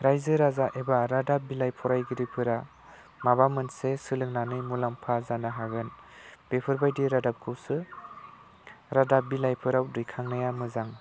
रायजो राजा एबा रादाब बिलाइ फरायगिरिफोरा माबा मोनसे सोलोंनानै मुलाम्फा जानो हागोन बेफोरबायदि रादाबखौसो रादाब बिलाइफोराव दिखांनाया मोजां